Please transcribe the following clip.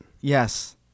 Yes